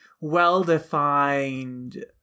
well-defined